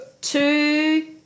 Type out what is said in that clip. Two